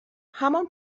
همان